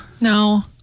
No